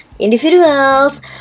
individuals